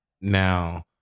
Now